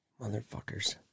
Motherfuckers